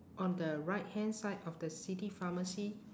on the right hand side of the city pharmacy